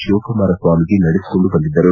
ಶಿವಕುಮಾರ ಸ್ವಾಮೀಜಿ ನಡೆಸಿಕೊಂಡು ಬಂದಿದ್ದರು